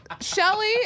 Shelly